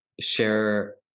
share